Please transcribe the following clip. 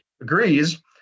agrees